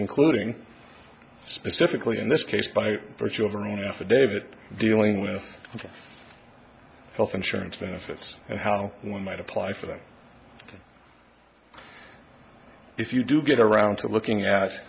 including specifically in this case by virtue of an affidavit dealing with health insurance benefits and how one might apply for them if you do get around to looking at